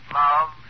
love